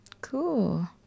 Cool